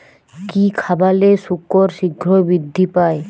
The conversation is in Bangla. কি খাবালে শুকর শিঘ্রই বৃদ্ধি পায়?